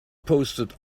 posted